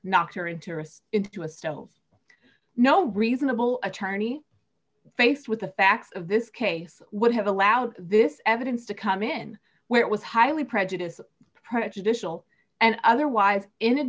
knocked her interests into a stove no reasonable attorney faced with the facts of this case would have allowed this evidence to come in where it was highly prejudice prejudicial and otherwise